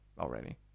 already